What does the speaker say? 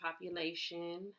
population